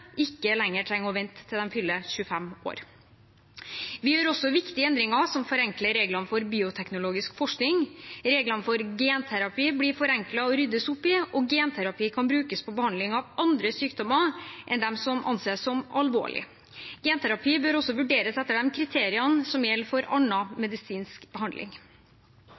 ikke lenger trenger å vente til de fyller 25 år. Vi gjør også viktige endringer som forenkler reglene for bioteknologisk forskning, reglene for genterapi blir forenklet og ryddes opp i, og genterapi kan brukes i behandling av andre sykdommer enn de som anses som alvorlige. Genterapi bør også vurderes etter de kriteriene som gjelder for annen medisinsk behandling.